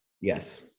yes